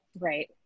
Right